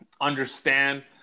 understand